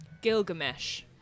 Gilgamesh